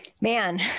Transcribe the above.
man